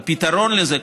הפתרון לזה,